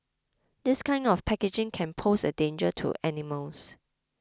this kind of packaging can pose a danger to animals